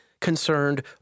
concerned